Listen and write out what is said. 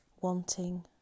Wanting